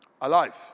Alive